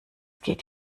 geht